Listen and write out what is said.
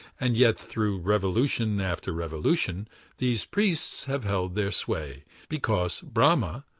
and yet through revolution after revolution these priests have held their sway, because brahma,